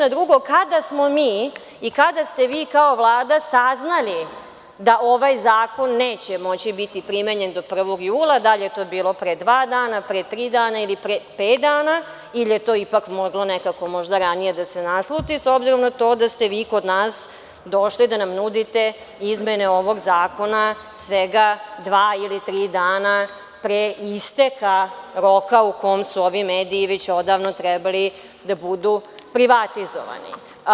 A drugo – kada smo mi i kada ste vi, kao Vlada, saznali da ovaj Zakon neće moći biti primenjen do 1. jula, da li je to bilo pre dva dana, pre tri dana, ili pre pet dana, ili je to ipak moglo nekako možda ranije da se nasluti, s obzirom na to da ste vi kod nas došli da nam nudite izmene ovog zakona svega dva ili tri dana pre isteka roka u kom su ovi mediji već odavno trebali da budu privatizovani?